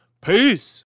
Peace